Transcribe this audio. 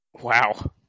Wow